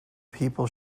people